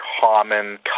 common